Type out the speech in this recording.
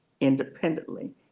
independently